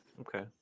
Okay